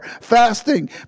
fasting